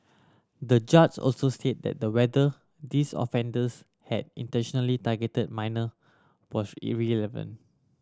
the judge also said that the whether these offenders had intentionally targeted minor was irrelevant